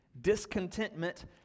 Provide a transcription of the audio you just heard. Discontentment